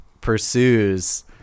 pursues